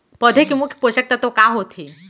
पौधे के मुख्य पोसक तत्व का होथे?